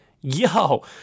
yo